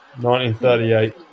1938